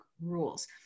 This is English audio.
rules